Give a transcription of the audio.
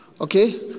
Okay